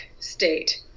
state